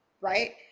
right